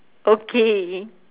okay